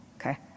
Okay